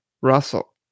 Russell